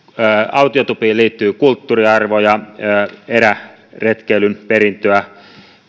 autiotupiin liittyy kulttuuriarvoja eräretkeilyn perintöä